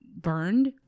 burned